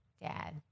dad